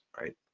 right